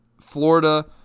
Florida